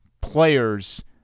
players